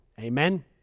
amen